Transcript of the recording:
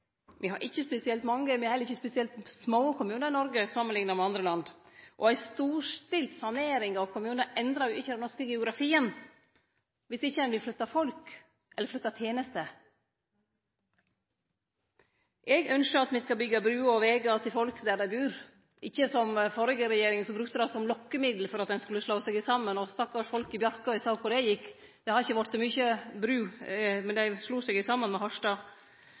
Me har ikkje spesielt mange, og me har heller ikkje spesielt små kommunar i Noreg, samanlikna med andre land. Ei storstilt sanering av kommunar endrar ikkje den norske geografien – dersom ein ikkje vil flytte folk eller tenester. Eg ynskjer at me skal byggje bruer og vegar til folk der dei bur, ikkje som førre regjering, som brukte det som lokkemiddel for at ein skulle slå seg saman. Stakkars folk i Bjarkøy – me såg korleis det gjekk – det har ikkje vorte mykje bru, men dei slo seg saman med